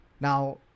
Now